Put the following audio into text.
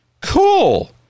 Cool